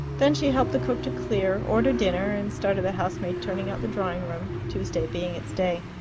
then she helped the cook to clear, ordered dinner, and started the housemaid turning out the drawing-room, tuesday being its day.